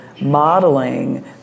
modeling